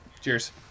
cheers